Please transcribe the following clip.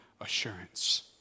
assurance